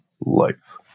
life